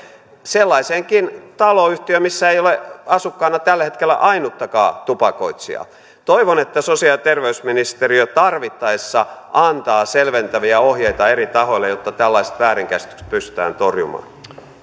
sellaiseenkin taloyhtiöön missä ei ole asukkaana tällä hetkellä ainuttakaan tupakoitsijaa toivon että sosiaali ja terveysministeriö tarvittaessa antaa selventäviä ohjeita eri tahoille jotta tällaiset väärinkäsitykset pystytään torjumaan